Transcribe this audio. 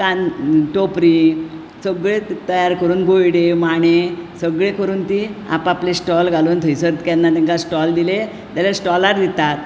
कान टोपरीं सगळे तयार करून गोयडे माणे सगळे करून तीं आप आपले स्टॉल घालून थंयसर केन्नाय तेंका स्टॉल दिले जाल्यार स्टोलार दितात